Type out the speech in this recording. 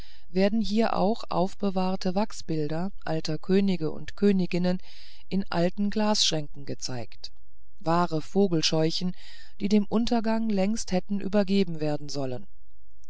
werden hier auch aufgewahrte wachsbilder alter könige und königinnen in alten glasschränken gezeigt wahre vogelscheuchen die dem untergange längst hätten übergeben werden sollen